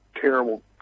terrible